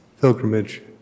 pilgrimage